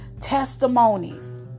testimonies